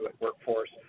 workforce